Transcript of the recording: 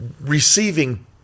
receiving